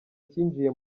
cyinjiye